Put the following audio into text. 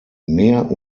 mehr